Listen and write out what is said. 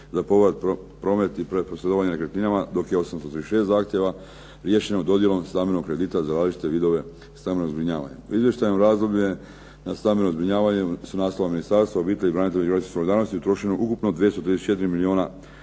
za promet i posredovanje nekretninama dok je 836 zahtjeva riješeno dodjelom stambenog kredita za različite vidove stambenog zbrinjavanja. U izvještajno razdoblje na stambeno zbrinjavanja s naslova Ministarstva obitelji, branitelja i međugeneracijske solidarnosti utrošeno je ukupno 234 milijuna 41